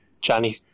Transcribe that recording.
Johnny